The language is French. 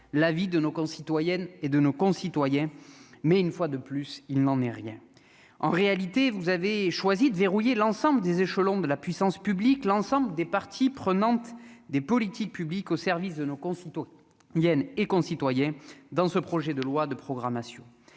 la vie de nos concitoyennes et de nos concitoyens, mais une fois de plus, il n'en est rien, en réalité, vous avez choisi de verrouiller l'ensemble des échelons de la puissance publique l'ensemble des parties prenantes des politiques publiques au service de nos concitoyens viennent et concitoyens dans ce projet de loi de programmation,